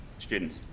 Students